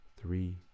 three